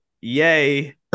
yay